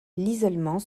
l’isolement